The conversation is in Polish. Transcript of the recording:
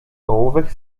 ołówek